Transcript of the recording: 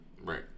Right